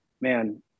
man